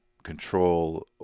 control